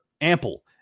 ample